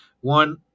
One